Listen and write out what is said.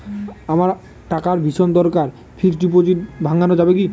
আমার টাকার ভীষণ দরকার ফিক্সট ডিপোজিট ভাঙ্গানো যাবে কি?